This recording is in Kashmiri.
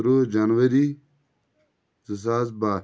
تٕرٛہ جَنؤری زٕ ساس باہ